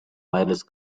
wireless